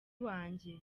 wanjye